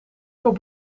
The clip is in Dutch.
voor